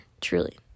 truly